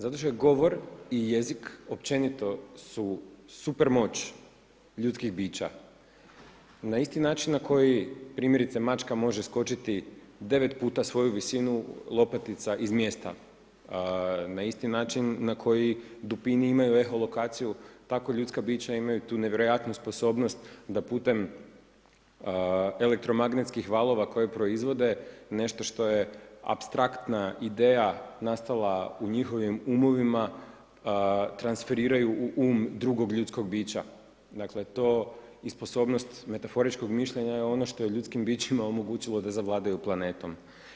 Zato što je govor i jezik općenito su super moć ljudskih bića na isti način primjerice mačka može skočiti devet puta svoju visinu lopatica iz mjesta, na isti način na koji dupini imaju eho lokaciju tako ljudska bića imaju tu nevjerojatnu sposobnost da putem elektromagnetskih valova koje proizvode nešto što je apstraktna ideja nastala u njihovim umovima, transferiraju u um drugog ljudskog bića, dakle to i sposobnost metaforičkog mišljenja je ono što je ljudskim bićima omogućilo da zavladaju planetom.